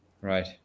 right